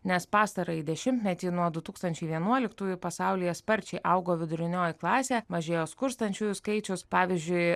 nes pastarąjį dešimtmetį nuo du tūkstančiai vienuoliktųjų pasaulyje sparčiai augo vidurinioji klasė mažėjo skurstančiųjų skaičius pavyzdžiui